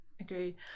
Agree